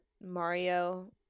Mario